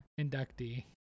inductee